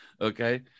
Okay